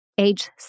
age